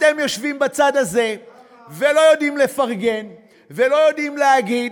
אתם יושבים בצד הזה ולא יודעים לפרגן ולא יודעים להגיד,